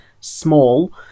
small